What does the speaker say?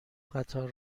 قطار